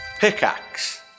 Pickaxe